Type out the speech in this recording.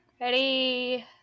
Ready